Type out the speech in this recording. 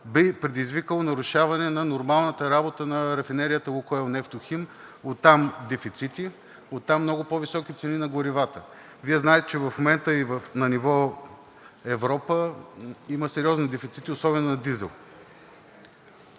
би предизвикало нарушаване на нормалната работа на рафинерията „Лукойл Нефтохим“ – оттам дефицити, оттам много по-високи цени на горивата. Вие знаете, че в момента и на ниво Европа има сериозни дефицити, особено на дизел.